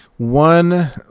one